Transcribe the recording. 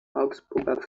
augsburger